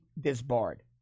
disbarred